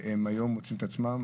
והם היום מוצאים את עצמם